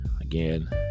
again